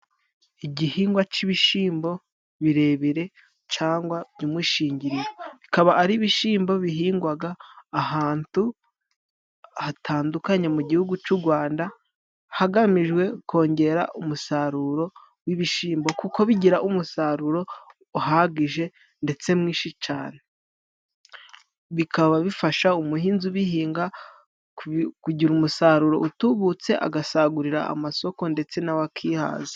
Igihingwa c'ibishimbo birebire cangwa by'umushingiriro. Bikaba ari ibishimbo bihingwaga ahantu hatandukanye mu Gihugu c'u Rwanda, hagamijwe kongera umusaruro w'ibishimbo kuko bigira umusaruro uhagije ndetse mwinshi cyane. Bikaba bifasha umuhinzi ubihinga kugira umusaruro utubutse agasagurira amasoko ndetse na we akihaza.